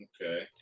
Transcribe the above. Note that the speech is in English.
Okay